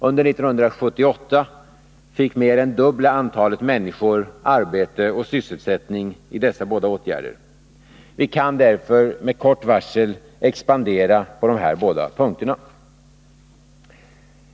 Under 1978 fick mer än dubbla antalet människor arbete och sysselsättning genom dessa båda åtgärder. Vi kan därför med kort varsel expandera på de här båda punkterna.